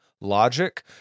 logic